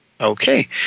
Okay